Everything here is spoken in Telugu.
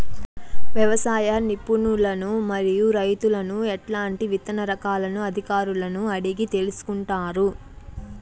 వ్యవసాయ నిపుణులను మరియు రైతులను ఎట్లాంటి విత్తన రకాలను అధికారులను అడిగి తెలుసుకొంటారు?